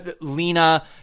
Lena